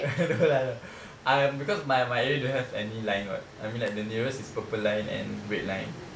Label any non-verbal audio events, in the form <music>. <laughs> no lah no um because my my area don't have any line what I mean like the nearest is purple line and red line